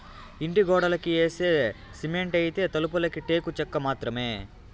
ఇంటి గోడలకి యేసే సిమెంటైతే, తలుపులకి టేకు చెక్క మాత్రమే